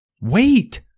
Wait